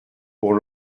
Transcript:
pour